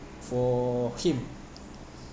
for him